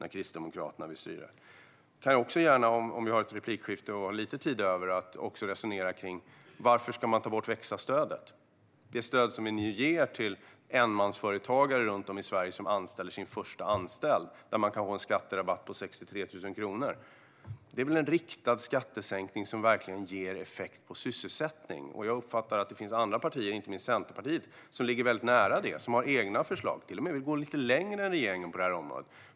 Vi kanske också har lite tid över till att resonera om varför man ska ta bort Växa-stödet - det stöd som ges till enmansföretagare runt om i Sverige som anställer sin första person. Då kan man få en skatterabatt på 63 000 kronor. Det är väl en riktad skattesänkning som verkligen ger effekt på sysselsättningen? Jag uppfattar att det finns andra partier, inte minst Centerpartiet, som ligger väldigt nära detta, har egna förslag och till och med vill gå lite längre än regeringen på det här området.